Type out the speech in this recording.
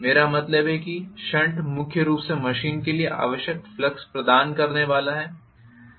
मेरा मतलब है शंट मुख्य रूप से मशीन के लिए आवश्यक फ्लक्स प्रदान करने वाला है